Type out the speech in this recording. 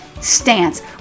stance